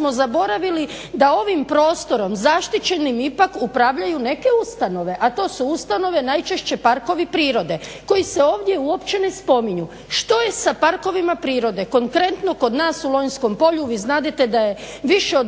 samo smo zaboravili da ovim prostorom zaštićenim ipak upravljaju neke ustanove, a to su ustanove najčešće parkovi prirode koji se ovdje uopće ne spominju. Što je sa parkovima prirode? Konkretno kod nas u Lonjskom polju vi znadete da je više od